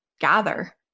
gather